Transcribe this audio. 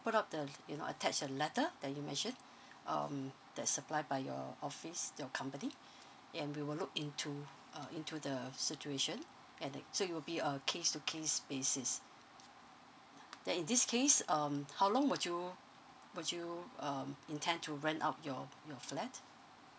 put up the you know attach a letter that you mentioned um that supplied by your office your company and we will look into uh into the situation and that so it will be err case to case basis then in this case um how long would you would you um intend to rent out your your flat